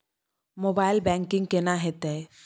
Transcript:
Mobile banking केना हेते?